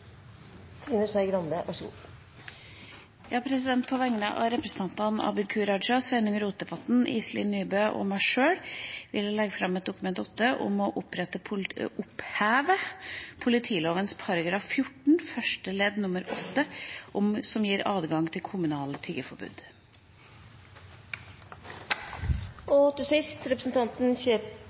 På vegne av stortingsrepresentantene Abid Q. Raja, Sveinung Rotevatn, Iselin Nybø og meg sjøl vil jeg legge fram et Dokument 8-forslag om å oppheve politiloven § 14 første ledd nr. 8, adgang til kommunale tiggeforbud.